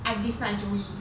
I dislike joey